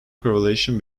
correlation